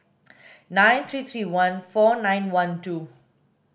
nine three three one four nine one two